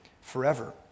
forever